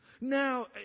Now